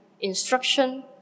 instruction